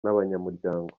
n’abanyamuryango